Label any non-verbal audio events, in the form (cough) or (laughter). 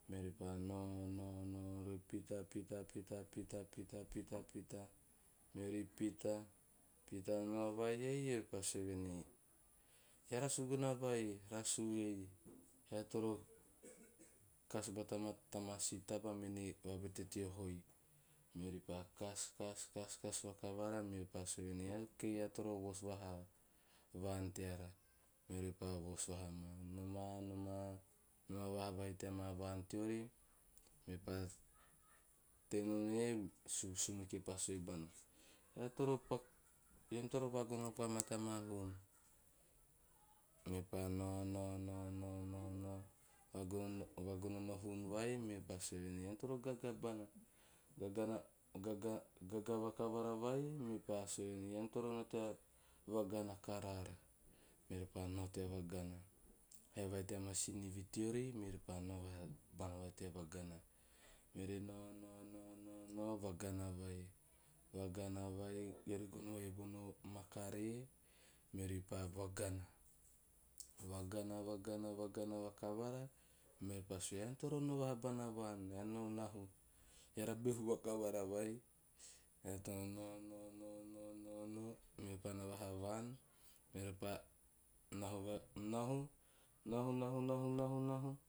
Meori pa noa noa, meori pita pita pita pita pita meori pita. Pita nao vai ei. Eori pa sue venei, "eara suguna vai rasu ei, eara toro kas bata ma tama taba mene vabete teo hoi. Meori pa kasi kas kas vakavara meopa sue venei, "okay, eara toro vos vaha vaan teara." Meori pa voos vahama, noma noma, naovahavai teama vaan teori. Me pa tei nom iei, sum- sumeke pa sue bona "eara toro paku (unintelligible) eam toro pa gono koa mau tama huun." Me pa noa noa noa noa noa noa vagonono vagonono huun vai me pa sue venei, "ean toro gaga bona gagna (unintelligible) gaga, gaga vakavara vai mepa sue venei "ean toro nao tea vagana karaara." Meori pa nao tea vagana, hae vai teama sinivi teori meori pa nao vaha bana tea vagana. Meori pa nao nao nao vaga vai vagana vai eori gono vai bono makaree, meori pa vagana. Vagana vagana vagana vakavara. Meori pa sue, "ean toro nao nababana vaan ean no nahu, eara beha vakavara vai." Ea to (unintelligible) nao nao nao meori pa nao vahe vaan. Meori pa nahu nahu nahu nahu nahu nahu, xxxx